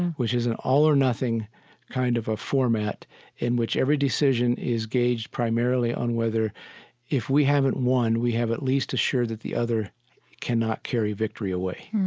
which is an all-or-nothing kind of ah format in which every decision is gauged primarily on whether if we haven't won, we have at least assured that the other cannot carry victory away.